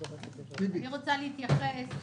אני רוצה להתייחס.